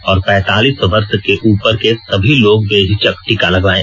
और पैंतालीस वर्ष से उपर के सभी लोग बेहिचक टीका लगवायें